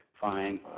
Fine